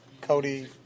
Cody